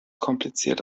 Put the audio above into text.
kompliziert